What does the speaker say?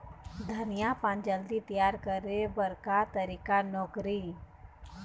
धनिया पान जल्दी तियार करे बर का तरीका नोकरी?